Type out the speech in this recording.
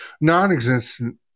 non-existent